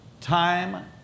Time